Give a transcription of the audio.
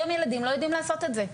היום ילדים לא יודעים לעשות את זה.